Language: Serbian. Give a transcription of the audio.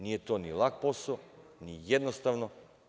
Nije to ni lak posao, nije jednostavno.